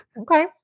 Okay